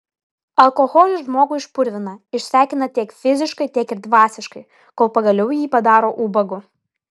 alkoholis žmogų išpurvina išsekina tiek fiziškai tiek ir dvasiškai kol pagaliau jį padaro ubagu